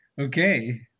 Okay